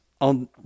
on